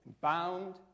bound